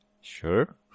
Sure